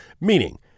Meaning